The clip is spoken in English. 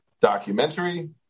documentary